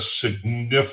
significant